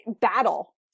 battle